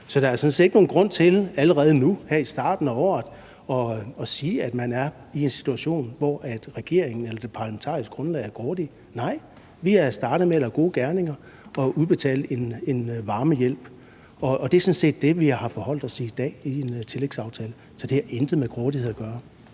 af året at sige, at man er i en situation, hvor regeringen eller det parlamentariske grundlag er grådige. Nej, vi er startet med at lave gode gerninger og udbetale en varmehjælp, og det er sådan set det, vi har forholdt os til i dag i en tillægsaftale, så det har intet med grådighed at gøre.